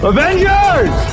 Avengers